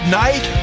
night